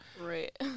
Right